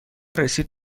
رسید